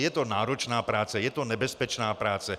Je to náročná práce, je to nebezpečná práce.